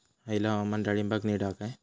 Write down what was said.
हयला हवामान डाळींबाक नीट हा काय?